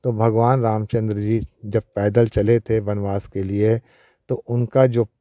तो भगवान रामचन्द्र जी जब पैदल चले थे वनवास के लिए तो उनका जो